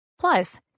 Plus